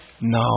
no